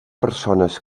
persones